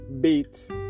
beat